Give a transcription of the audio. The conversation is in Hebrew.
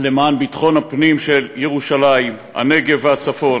למען ביטחון הפנים של ירושלים, הנגב והצפון,